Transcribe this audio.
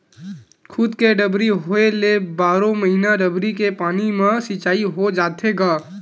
खुद के डबरी होए ले बारो महिना डबरी के पानी म सिचई हो जाथे गा